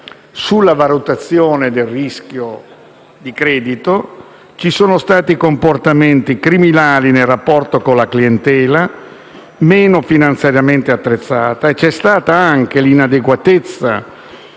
sulla valutazione del rischio di credito, ci sono stati comportamenti criminali nel rapporto con la clientela meno finanziariamente attrezzata e l'inadeguatezza